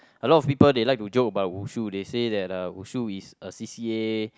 a lot of people they like to joke about Wushu they say that uh Wushu is a C_c_A